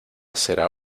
será